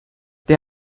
they